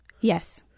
Yes